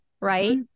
right